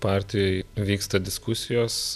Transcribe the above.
partijoj vyksta diskusijos